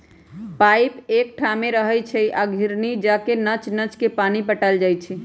pipe एकठाम रहै छइ आ घिरणी जका नच नच के पानी पटायल जाइ छै